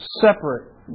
separate